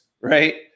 right